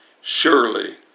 surely